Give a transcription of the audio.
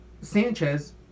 Sanchez